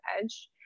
edge